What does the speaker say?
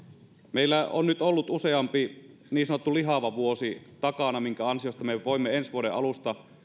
meillä on nyt ollut useampi niin sanottu lihava vuosi takana minkä ansiosta me voimme ensi vuoden alusta